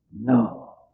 No